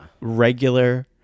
regular